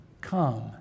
come